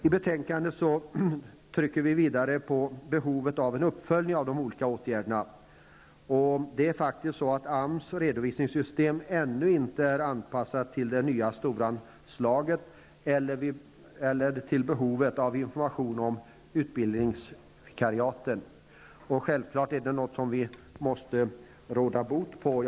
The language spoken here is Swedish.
I betänkandet trycker vi vidare på behovet av en uppföljning av de olika åtgärderna. AMS redovisningssystem är ännu inte anpassat till det nya ''storanslaget'' eller till behovet av information om utbildningsvikariaten. Vi måste självfallet råda bot mot detta.